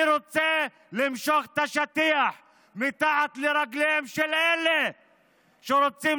אני רוצה למשוך את השטיח מתחת לרגליהם של אלה שרוצים